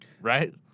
right